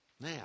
Now